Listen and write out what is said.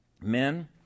men